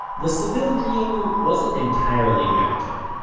the seville dream wasn't entirely random.